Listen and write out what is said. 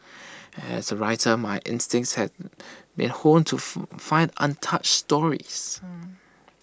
as A writer my instinct has been honed to find untouched stories